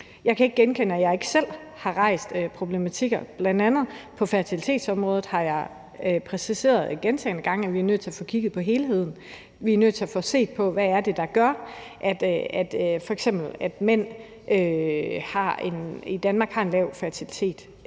Jeg kan ikke genkende, at jeg ikke selv har rejst problematikker. Bl.a. på fertilitetsområdet har jeg præciseret gentagne gange, at vi er nødt til at få kigget på helheden, at vi er nødt til at få set på, hvad det er, der f.eks. gør, at mænd i Danmark har en lav fertilitet.